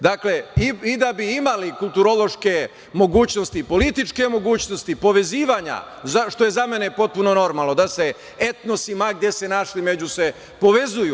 Dakle, i da bi imali kulturološke mogućnosti, političke mogućnosti povezivanja, što je za mene potpuno normalno, da se etnosi, ma gde se našli, među se povezuju.